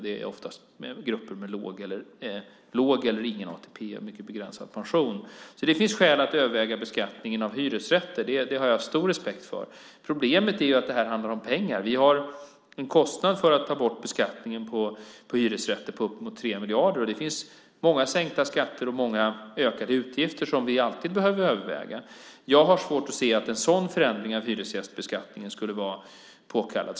Det är grupper med låg eller ingen ATP och mycket begränsad pension. Det finns skäl att överväga beskattningen av hyresrätter. Det har jag stor respekt för. Problemet är att det handlar om pengar. Vi har en kostnad för att ta bort beskattningen på hyresrätter på uppemot 3 miljarder. Det finns många sänkta skatter och ökade utgifter som vi alltid behöver överväga. Jag har svårt att se att en sådan förändring av hyresrättsbeskattningen skulle vara påkallad.